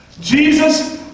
Jesus